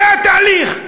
זה התהליך.